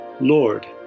Lord